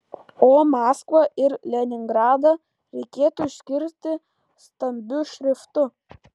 o maskvą ir leningradą reikėtų išskirti stambiu šriftu